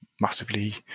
massively